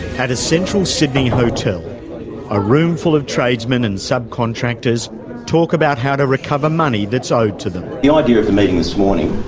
at a central sydney hotel a room full of tradesmen and subcontractors talk about how to recover money that's owed to them. the idea of the meeting this morning,